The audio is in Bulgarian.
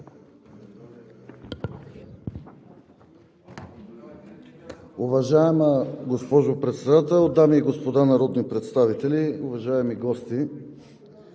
Уважаема госпожо Председател, дами и господа народни представители, уважаеми гости!